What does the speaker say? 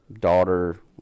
Daughter